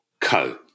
co